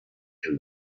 się